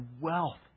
wealth